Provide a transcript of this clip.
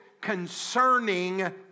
concerning